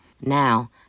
Now